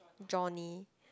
Johnny